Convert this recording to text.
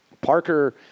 Parker